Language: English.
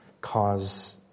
cause